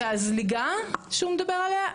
את הזליגה שהוא מדבר עליה?